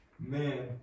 Man